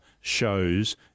shows